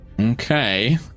okay